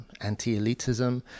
anti-elitism